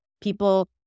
People